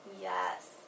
Yes